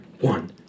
one